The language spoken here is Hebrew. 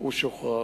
הוא שוחרר.